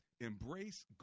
Embrace